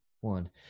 one